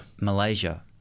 Malaysia